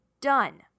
done